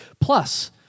plus